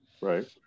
Right